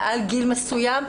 מעל גיל מסוים,